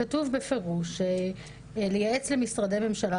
כתוב בפירוש: לייעץ למשרדי ממשלה,